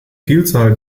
vielzahl